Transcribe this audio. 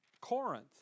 Corinth